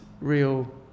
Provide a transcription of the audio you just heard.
real